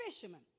fishermen